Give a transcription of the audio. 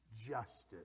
justice